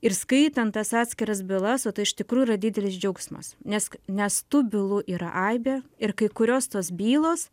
ir skaitant tas atskiras bylas o tai iš tikrųjų yra didelis džiaugsmas nes nes tų bylų yra aibė ir kai kurios tos bylos